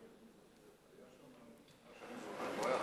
היה שמה,